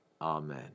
Amen